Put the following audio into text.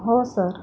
हो सर